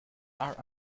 are